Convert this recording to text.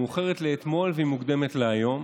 מאוחרת לאתמול ומוקדמת להיום,